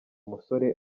musore